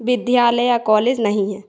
विद्यालय या कॉलेज नहीं है